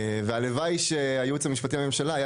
והלוואי שהייעוץ המשפטי לממשלה היה